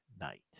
night